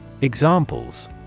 Examples